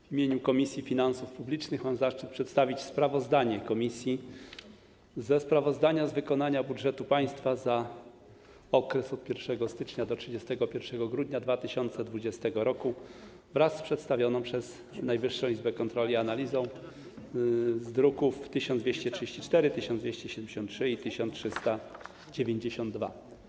W imieniu Komisji Finansów Publicznych mam zaszczyt przedstawić sprawozdanie komisji ze sprawozdania z wykonania budżetu państwa za okres od 1 stycznia do 31 grudnia 2020 r. wraz z przedstawioną przez Najwyższą Izbę Kontroli analizą z druków nr 1234, 1273 i 1392.